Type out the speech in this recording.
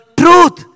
truth